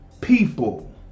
people